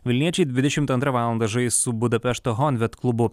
vilniečiai dvidešimt antrą valandą žais su budapešto honvet klubu